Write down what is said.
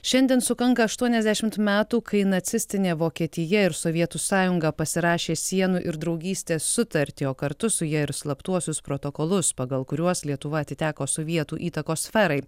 šiandien sukanka aštuoniasdešimt metų kai nacistinė vokietija ir sovietų sąjunga pasirašė sienų ir draugystės sutartį o kartu su ja ir slaptuosius protokolus pagal kuriuos lietuva atiteko sovietų įtakos sferai